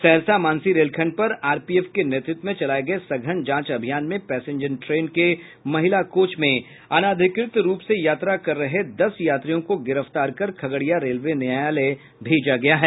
सहरसा मानसी रेलखंड पर आरपीएफ के नेतृत्व में चलाये गये सघन जांच अभियान में पैसेंजर ट्रेन के महिला कोच में अनाधिकृत रूप से यात्रा कर रहे दस यात्रियों को गिरफ्तार कर खगड़िया रेलवे न्यायालय भेजा गया है